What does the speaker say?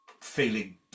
feeling